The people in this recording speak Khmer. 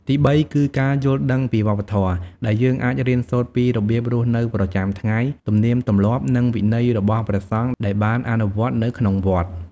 ទីបីគឺ ការយល់ដឹងពីវប្បធម៌ ដែលយើងអាចរៀនសូត្រពីរបៀបរស់នៅប្រចាំថ្ងៃ ទំនៀមទម្លាប់ និងវិន័យរបស់ព្រះសង្ឃដែលបានអនុវត្តនៅក្នុងវត្ត។